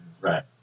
right